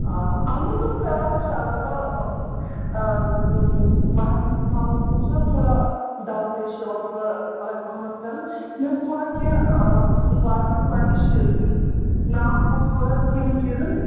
آ اہن حظ اۭں تیار چھِ البَتہ مہرنہِ ہِنٛدِس معاملَس منٛز چھُ نَہ تھوڑا داو پیش پٮ۪وان تھوڑا الگ پَہمتھ کرٕنۍ مےٚ ٲس تھوڑا کیٚنٛہہ رُکایرمٮ۪نٛٹ پَنٛنِس یہِ ناف اوس تھوڑا کیٚنٛہہ ہَن چیٖزَن